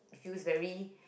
feels very